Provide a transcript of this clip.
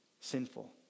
sinful